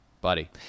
buddy